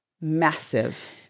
Massive